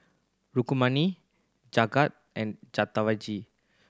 Rukmini Jagat and